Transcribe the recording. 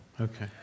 Okay